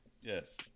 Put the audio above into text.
Yes